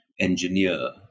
engineer